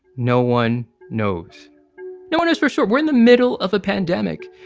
no one knows no one knows for sure. we're in the middle of a pandemic.